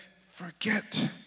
forget